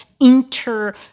inter